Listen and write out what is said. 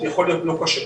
הוא יכול להיות לא כשר.